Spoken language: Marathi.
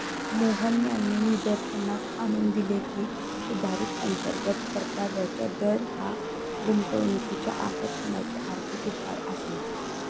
मोहन यांनी निदर्शनास आणून दिले की, सुधारित अंतर्गत परताव्याचा दर हा गुंतवणुकीच्या आकर्षणाचे आर्थिक उपाय आहे